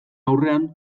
aurrean